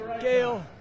Gail